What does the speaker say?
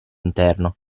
interno